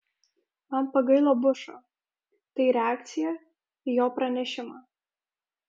man pagailo bušo tai reakcija į jo pranešimą